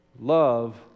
love